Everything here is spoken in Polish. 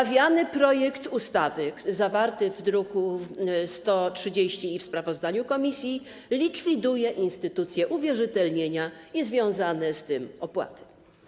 Omawiany projekt ustawy zawarty w druku nr 130 i w sprawozdaniu komisji likwiduje instytucję uwierzytelnienia i związane z tym opłaty.